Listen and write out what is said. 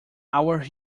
our